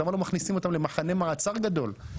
למה לא מכניסים אותם למחנה מעצר גדול?